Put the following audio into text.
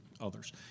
others